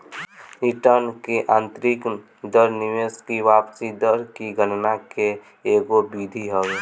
return की आतंरिक दर निवेश की वापसी दर की गणना के एगो विधि हवे